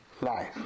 life